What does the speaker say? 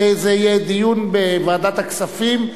זה יהיה דיון בוועדת הכספים.